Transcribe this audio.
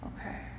Okay